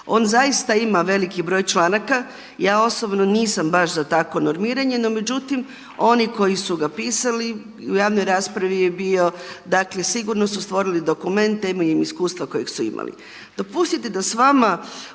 On zaista ima veliki broj članaka, ja osobno nisam baš za takvo normiranje no međutim oni koji su ga pisali, i u javnoj raspravi je bio, dakle sigurno su stvorili dokument temeljem iskustva kojeg su imali.